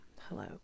hello